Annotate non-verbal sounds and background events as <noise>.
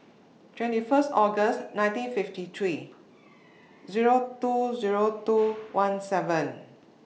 twenty First August nineteen fifty three <noise> Zero two Zero two one seven